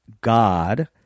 God